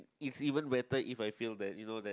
it's even better if I feel that you know that